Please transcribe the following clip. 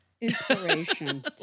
Inspiration